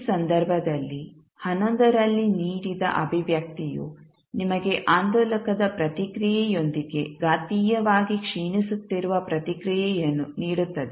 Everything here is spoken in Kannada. ಈ ಸಂದರ್ಭದಲ್ಲಿ ರಲ್ಲಿ ನೀಡಿದ ಅಭಿವ್ಯಕ್ತಿಯು ನಿಮಗೆ ಆಂದೋಲಕದ ಪ್ರತಿಕ್ರಿಯೆಯೊಂದಿಗೆ ಘಾತೀಯವಾಗಿ ಕ್ಷೀಣಿಸುತ್ತಿರುವ ಪ್ರತಿಕ್ರಿಯೆಯನ್ನು ನೀಡುತ್ತದೆ